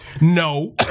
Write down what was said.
No